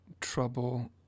trouble